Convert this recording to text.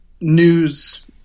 news